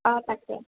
অঁ তাকে